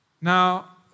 Now